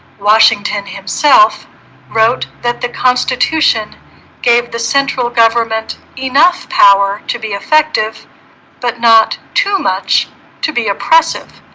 washington himself wrote that the constitution gave the central government enough power to be effective but not too much to be oppressive